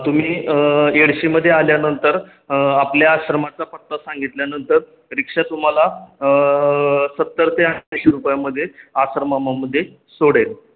तुम्ही येडशीमध्ये आल्यानंतर आपल्या आश्रमाचा पत्ता सांगितल्यानंतर रिक्षा तुम्हाला सत्तर ते ऐंशी रुपयामध्ये आश्रमामध्ये सोडेल